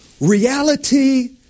reality